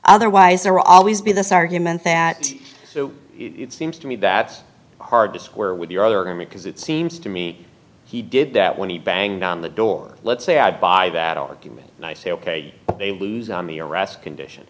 otherwise there will always be this argument that so it seems to me that hard to square with your other image because it seems to me he did that when he banged on the door let's say i buy that argument and i say ok but they lose on the arrest condition